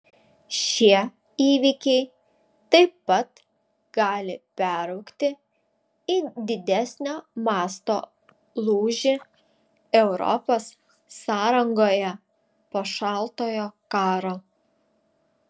šie įvykiai taip pat gali peraugti į didesnio masto lūžį europos sąrangoje po šaltojo karo